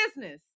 business